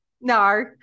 no